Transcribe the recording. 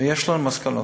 ויש לנו מסקנות.